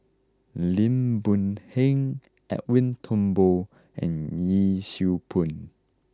Lim Boon Heng Edwin Thumboo and Yee Siew Pun